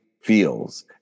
feels